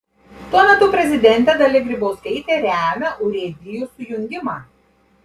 tuo metu prezidentė dalia grybauskaitė remia urėdijų sujungimą